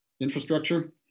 infrastructure